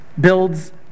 builds